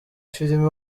filime